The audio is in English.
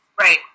Right